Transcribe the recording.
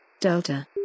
Delta